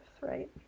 right